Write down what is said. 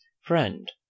friend